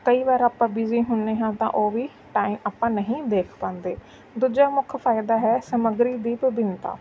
ਕਈ ਵਾਰ ਆਪਾਂ ਬਿਜ਼ੀ ਹੁੰਦੇ ਹਾਂ ਤਾਂ ਉਹ ਵੀ ਟਾਈਮ ਆਪਾਂ ਨਹੀਂ ਦੇਖ ਪਾਉਂਦੇ ਦੂਜਾ ਮੁੱਖ ਫ਼ਾਇਦਾ ਹੈ ਸਮੱਗਰੀ ਦੀ ਵਿਭਿੰਤਾ